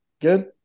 good